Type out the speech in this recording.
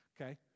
okay